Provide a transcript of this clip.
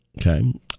Okay